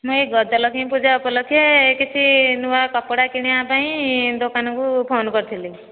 ନାଇ ଗଜ ଲକ୍ଷ୍ମୀ ପୂଜା ଉପଲକ୍ଷେ କିଛି ନୂଆ କପଡ଼ା କିଣିବା ପାଇଁ ଦୋକାନ କୁ ଫୋନ କରିଥିଲି